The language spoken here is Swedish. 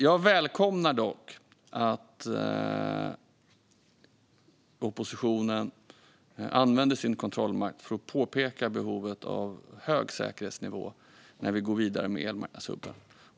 Jag välkomnar dock att oppositionen använder sin kontrollmakt för att påpeka behovet av hög säkerhetsnivå när vi går vidare med elmarknadshubben.